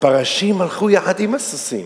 הפרשים הלכו יחד עם הסוסים.